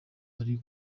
ari